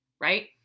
right